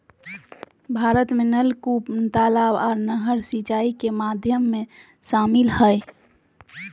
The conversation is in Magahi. भारत में नलकूप, तलाब आर नहर सिंचाई के माध्यम में शामिल हय